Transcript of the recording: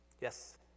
Yes